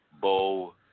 Bo